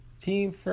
Team